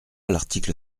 l’article